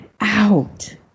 out